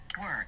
Work